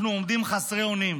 אנחנו עומדים חסרי אונים,